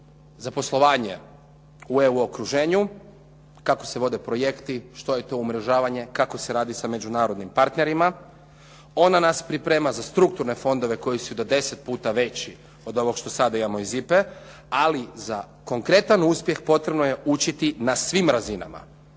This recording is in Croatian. za poslovanje u EU okruženju, kako se vode projekti, što je to umrežavanje, kako se radi sa međunarodnim partnerima, ona nas priprema za strukturne fondove koji su i do 10 puta veći od ovog što sada imamo iz IPA-e, ali za konkretan uspjeh potrebno je učiti na svim razinama